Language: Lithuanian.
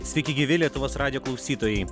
sveiki gyvi lietuvos radijo klausytojai